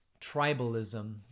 tribalism